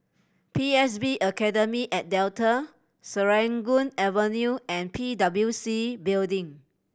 P S B Academy at Delta Serangoon Avenue and P W C Building